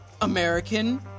American